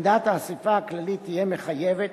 עמדת האספה הכללית תהיה מחייבת,